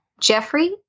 Jeffrey